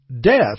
death